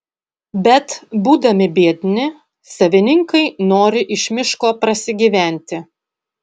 bet būdami biedni savininkai nori iš miško prasigyventi